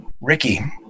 Ricky